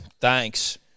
Thanks